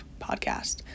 podcast